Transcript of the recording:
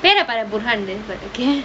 பேரைப்பாரு:peraippaaru burhaan then okay